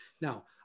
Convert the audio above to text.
Now